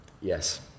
yes